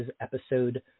episode